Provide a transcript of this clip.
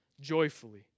Joyfully